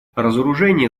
разоружение